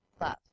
love